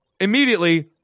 Immediately